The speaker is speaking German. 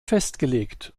festgelegt